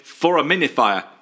foraminifier